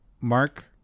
Mark